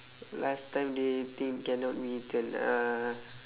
last time they think cannot be eaten uh